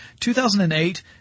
2008